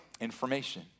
information